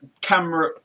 camera